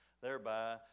thereby